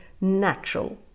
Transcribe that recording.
natural